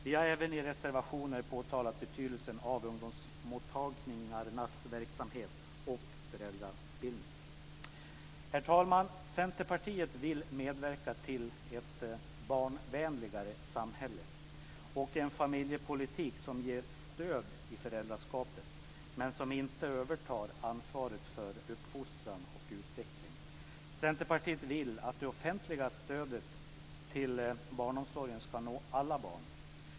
Vi har även i reservationer påtalat betydelsen av ungdomsmottagningarnas verksamhet och föräldrautbildningen. Herr talman! Centerpartiet vill medverka till ett barnvänligare samhälle och en familjepolitik som ger stöd i föräldraskapet men som inte övertar ansvaret för uppfostran och utveckling. Centerpartiet vill att det offentliga stödet till barnomsorgen ska nå alla barn.